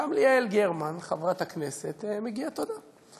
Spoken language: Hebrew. גם ליעל גרמן, חברת הכנסת, מגיעה תודה.